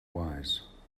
wise